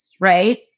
right